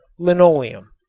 linoleum.